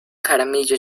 jaramillo